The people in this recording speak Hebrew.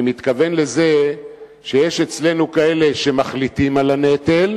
אני מתכוון לזה שיש אצלנו כאלה שמחליטים על הנטל